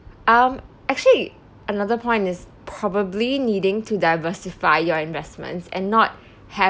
um actually another point is probably needing to diversify your investments and not have